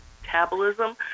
metabolism